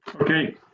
Okay